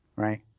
right?